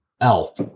elf